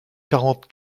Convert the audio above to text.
quarante